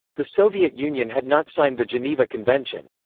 the soviet union had not signed the geneva convention.